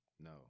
No